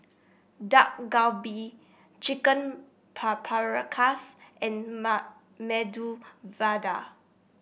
Dak Galbi Chicken Paprikas and Medu Vada